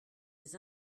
les